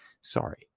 sorry